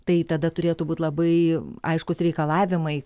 tai tada turėtų būt labai aiškūs reikalavimai